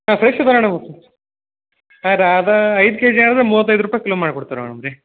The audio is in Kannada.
ಹಾಂ ಫ್ರೆಷ್ ಅದ ಮೇಡಮ್ ಹಾಂ ರೀ ಅದು ಐದು ಕೆಜಿ ಆದ್ರೆ ಮೂವತ್ತೈದು ರೂಪಾಯಿ ಕಿಲೋ ಮಾಡ್ಕೊಡ್ತಾರೆ ಮೇಡಮ್ ರೀ